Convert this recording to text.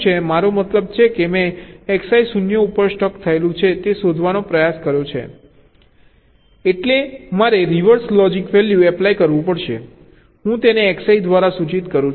મારો મતલબ છે કે મેં Xi 0 ઉપર સ્ટક થયેલું છે તે શોધવાનો પ્રયાસ કર્યો છે એટલે મારે રિવર્સ લોજિક વેલ્યૂ એપ્લાય કરવું પડશે હું તેને Xi દ્વારા સૂચિત કરું છું